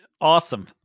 Awesome